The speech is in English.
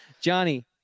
Johnny